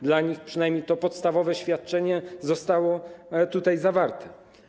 Dla nich przynajmniej to podstawowe świadczenie zostało tutaj zawarte.